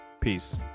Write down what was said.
Peace